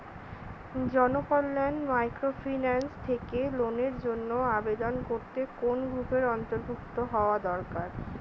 Janakalyan microfinance থেকে লোনের জন্য আবেদন করতে কোন গ্রুপের অন্তর্ভুক্ত হওয়া দরকার?